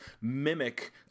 mimic